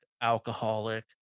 alcoholic